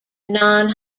non